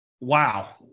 wow